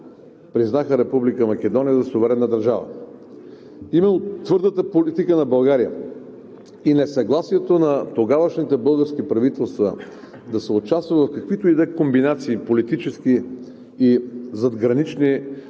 признаха Република Македония за суверенна държава. Именно твърдата политика на България и несъгласието на тогавашните български правителства да се участва в каквито и да е комбинации – политически и задгранични,